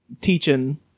teaching